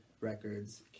Records